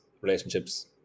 relationships